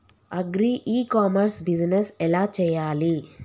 Agri e commerce business ఎలా చెయ్యాలి?